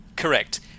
correct